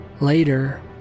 Later